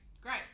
Great